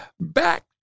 back